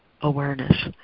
awareness